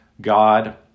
God